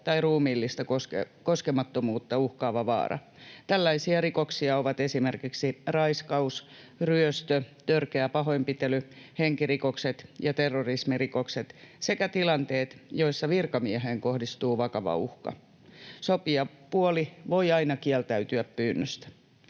tai ruumiillista koskemattomuutta uhkaava vaara. Tällaisia rikoksia ovat esimerkiksi raiskaus, ryöstö, törkeä pahoinpitely, henkirikokset ja terrorismirikokset sekä tilanteet, joissa virkamieheen kohdistuu vakava uhka. Sopijapuoli voi aina kieltäytyä pyynnöstä.